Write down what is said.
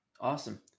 Awesome